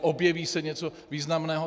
Objeví se něco významného.